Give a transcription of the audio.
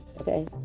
okay